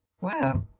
Wow